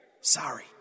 Sorry